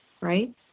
right